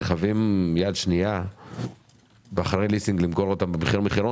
רכבים מיד שנייה ואחרי ליסינג למכור אותם במחיר מחירון,